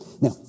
Now